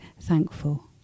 thankful